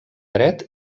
dret